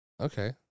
Okay